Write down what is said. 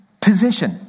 position